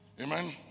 Amen